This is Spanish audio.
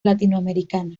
latinoamericana